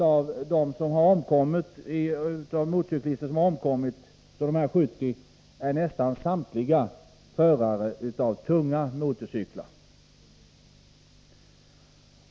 Av dessa 70 var nästan samtliga förare av tunga motorcyklar.